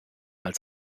als